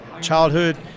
childhood